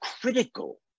critical